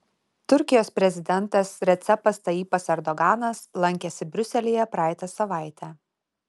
turkijos prezidentas recepas tayyipas erdoganas lankėsi briuselyje praeitą savaitę